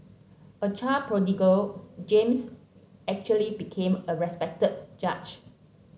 a child prodigy James eventually became a respected judge